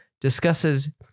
discusses